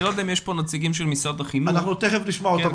אני לא יודע אם יש פה נציגים של משרד החינוך --- תיכף נשמע אותם.